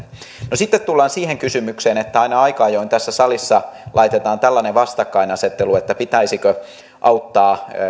no sitten tullaan siihen kysymykseen että aina aika ajoin tässä salissa laitetaan tällainen vastakkainasettelu että pitäisikö auttaa